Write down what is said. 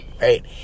right